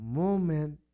moment